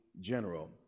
general